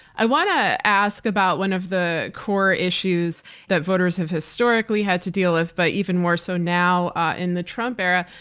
i want to ask about one of the core issues that voters have historically had to deal with, but even more so now in the trump era,